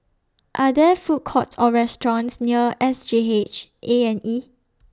Are There Food Courts Or restaurants near S G H A and E